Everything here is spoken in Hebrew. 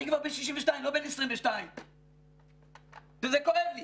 אני כבר בן 62, לא בן 22 וזה כואב לי